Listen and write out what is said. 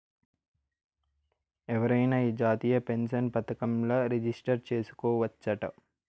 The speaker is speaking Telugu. ఎవరైనా ఈ జాతీయ పెన్సన్ పదకంల రిజిస్టర్ చేసుకోవచ్చట